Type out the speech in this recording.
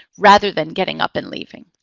rather than getting up and leaving.